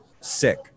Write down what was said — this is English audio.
sick